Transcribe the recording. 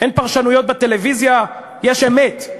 אין פרשנויות בטלוויזיה, יש אמת,